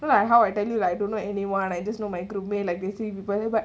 like how I tell you like I don't know anyone I just know my like basically but